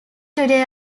today